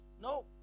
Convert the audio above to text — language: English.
No